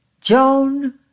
Joan